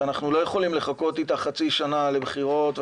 ואנחנו לא יכולים לחכות איתה חצי שנה לבחירות,